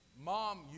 Mom